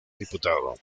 diputado